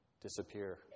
disappear